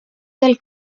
del